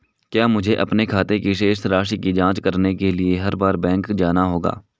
क्या मुझे अपने खाते की शेष राशि की जांच करने के लिए हर बार बैंक जाना होगा?